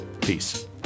peace